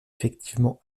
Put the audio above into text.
effectivement